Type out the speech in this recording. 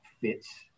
fits